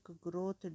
growth